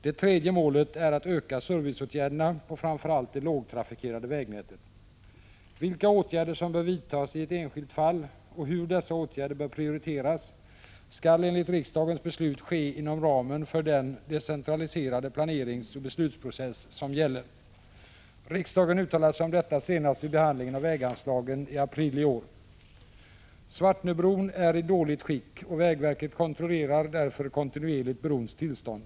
Det tredje målet är att öka serviceåtgärderna på framför allt det lågtrafikerade vägnätet. Vilka åtgärder som bör vidtas i ett enskilt fall och hur dessa åtgärder bör prioriteras skall enligt riksdagens beslut avgöras inom ramen för den decentraliserade planeringsoch beslutsprocess som gäller. Riksdagen uttalade sig om detta senast vid behandlingen av väganslagen i april i år. Svartnöbron är i dåligt skick, och vägverket kontrollerar därför kontinuerligt brons tillstånd.